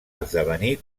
esdevenir